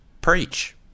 Preach